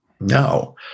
no